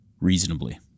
reasonably